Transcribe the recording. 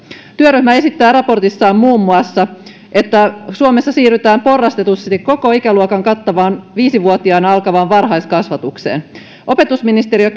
työryhmä esittää raportissaan muun muassa että suomessa siirrytään porrastetusti koko ikäluokan kattavaan viisi vuotiaana alkavaan varhaiskasvatukseen opetusministeriö